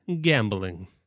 gambling